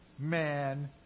man